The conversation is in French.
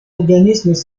organismes